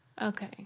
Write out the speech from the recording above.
Okay